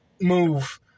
move